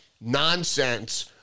nonsense